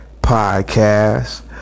podcast